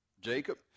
Jacob